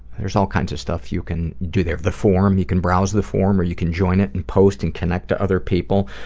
there's all kinds of stuff. you can do the forum, you can browse the forum or you can join it and post and connect to other people.